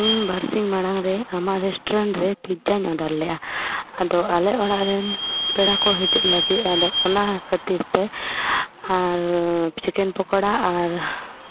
ᱤᱧ ᱵᱟᱨ ᱥᱤᱧ ᱢᱟᱲᱟᱝ ᱨᱮ ᱟᱢᱟᱜ ᱨᱮᱥᱴᱩᱨᱮᱱᱴ ᱨᱮ ᱯᱤᱡᱽᱡᱟᱧ ᱚᱰᱟᱨ ᱞᱮᱫᱟ ᱟᱫᱚ ᱟᱞᱮ ᱚᱲᱟᱜ ᱨᱮᱱ ᱯᱮᱲᱟ ᱠᱚ ᱦᱤᱡᱩᱜ ᱞᱟᱹᱜᱤᱫ ᱟᱫᱚ ᱚᱱᱟ ᱠᱷᱟᱹᱛᱤᱨ ᱛᱮ ᱟᱨ ᱪᱤᱠᱮᱱ ᱯᱚᱠᱳᱲᱟ ᱟᱨ